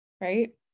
Right